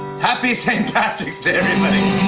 happy st. patrick's day, everybody!